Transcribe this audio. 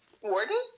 warden